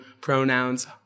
pronouns